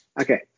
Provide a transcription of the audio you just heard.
Okay